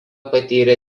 patyrė